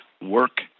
work